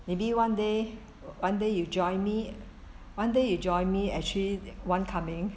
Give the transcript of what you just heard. maybe one day one day you join me one day you join me actually one coming